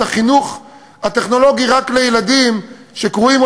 את החינוך הטכנולוגי רק לילדים שקרויים,